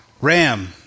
Ram